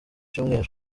cyumweru